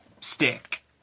stick